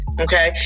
Okay